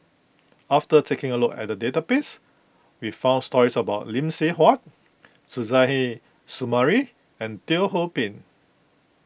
after taking a look at the database we found stories about Lee Seng Huat Suzairhe Sumari and Teo Ho Pin